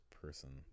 person